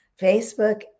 Facebook